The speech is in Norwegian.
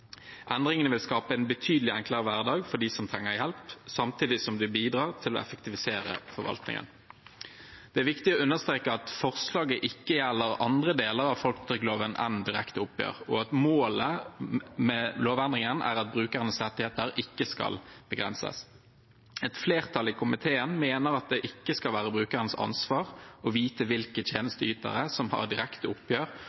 Endringene vil skape en betydelig enklere hverdag for dem som trenger hjelp, samtidig som det bidrar til å effektivisere forvaltningen. Det er viktig å understreke at forslaget ikke gjelder andre deler av folketrygdloven enn direkte oppgjør, og at målet med lovendringen er at brukernes rettigheter ikke skal begrenses. Et flertall i komiteen mener at det ikke skal være brukerens ansvar å vite hvilke